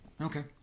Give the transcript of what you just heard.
Okay